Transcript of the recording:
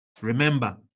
remember